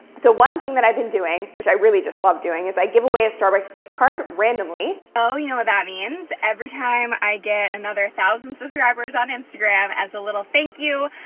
so one thing that i've been doing, which i really just love doing, is i give away a starbucks gift card randomly. oh, you know what that means. every time i get another thousand subscribers on instagram, as a little thank you,